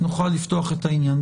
נוכל לפתוח את העניין.